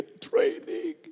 training